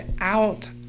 out